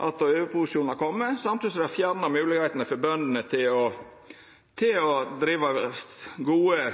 vorte overproduksjon, samtidig som dei har fjerna moglegheita for bøndene til å driva gode